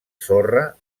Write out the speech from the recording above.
sorra